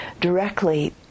directly